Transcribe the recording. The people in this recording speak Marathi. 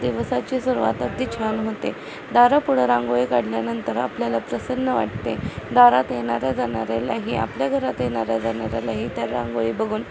दिवसाची सुरुवात अगदी छान होते दारापुढं रांगोळी काढल्यानंतर आपल्याला प्रसन्न वाटते दारात येणाऱ्या जाणाऱ्यालाही आपल्या घरात येणाऱ्या जाणाऱ्यालाही त्या रांगोळी बघून